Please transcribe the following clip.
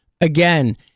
Again